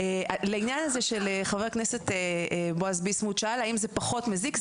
לעניין הזה שחבר הכנסת בועז ביסמוט שאל האם זה פחות מזיק,